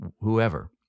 whoever